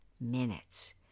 minutes